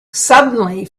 suddenly